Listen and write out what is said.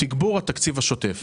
תגבור התקציב השוטף.